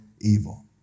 evil